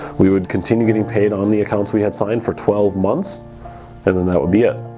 we would continue getting paid on the accounts we had so and for twelve months and then that would be it.